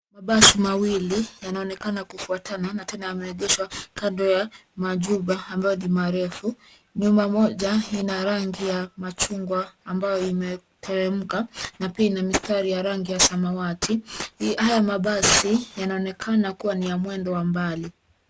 Mabasi mawili yanaonekana kufuatana tena yameegeshwa kando ya majumba ambayo ni marefu. Jumba moja inarangi ya machungwa ambayo imeteremka na mistari ya rangi ya samawati. Haya mabasi Yanaonekana kuwa ni ya mwendo wa mbali.